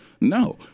No